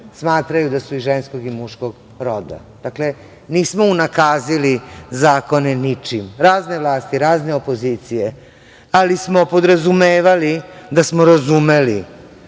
smatraju da su i ženskog i muškog roda. Dakle, nismo unakazili zakone ničim. Razne vlasti, razne opozicije, ali smo podrazumevali, da smo razumeli